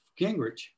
Gingrich